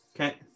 Okay